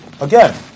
Again